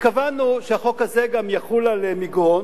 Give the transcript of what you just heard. התכוַונו שהחוק הזה גם יחול על מגרון,